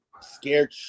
scared